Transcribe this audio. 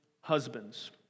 husbands